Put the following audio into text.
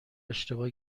اشتباه